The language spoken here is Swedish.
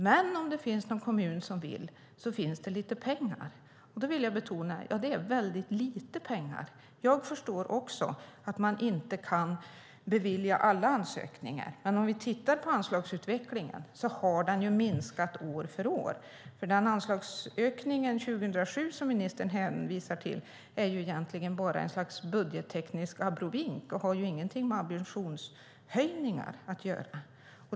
Men om det finns någon kommun som vill finns det lite pengar. Då vill jag betona: Det är väldigt lite pengar. Jag förstår också att man inte kan bevilja alla ansökningar, men om vi tittar på anslagsutvecklingen ser vi att den har minskat år för år. Den anslagsökning 2007 som ministern hänvisar till är egentligen bara ett slags budgetteknisk abrovink och har ingenting med ambitionshöjning att göra.